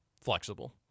flexible